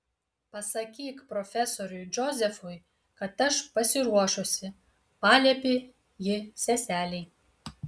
pasakyk profesoriui džozefui kad aš pasiruošusi paliepė ji seselei